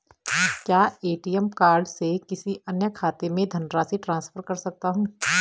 क्या ATM card से किसी अन्य खाते में धनराशि ट्रांसफर कर सकता हूँ?